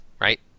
Right